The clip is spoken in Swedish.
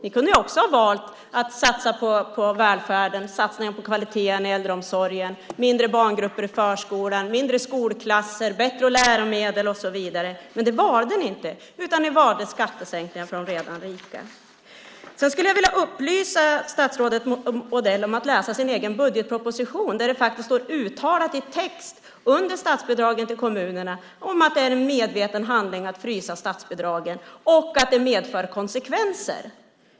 Ni kunde också ha valt att satsa på välfärden - satsningar på kvaliteten i äldreomsorgen, mindre barngrupper i förskolan, mindre skolklasser, bättre läromedel och så vidare - men det valde ni inte, utan ni valde skattesänkningar för de redan rika. Sedan skulle jag vilja uppmana statsrådet Odell att läsa sin egen budgetproposition, där det faktiskt står uttalat i text under statsbidraget till kommunerna att det är en medveten handling att frysa statsbidragen och att det får konsekvenser.